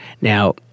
Now